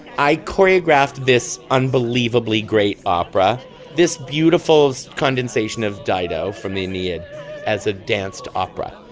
i choreographed this unbelievably great opera this beautiful condensation of dido from the need as a dance to opera.